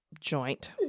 joint